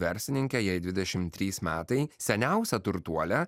verslininkė jai dvidešimt trys metai seniausia turtuolė